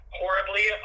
horribly